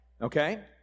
Okay